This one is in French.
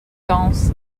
dans